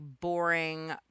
boring